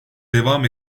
devam